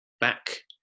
back